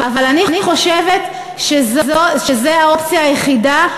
אבל אני חושבת שזו האופציה היחידה,